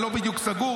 אני לא בדיוק סגור.